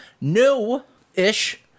new-ish